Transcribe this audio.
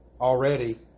already